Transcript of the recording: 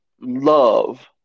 love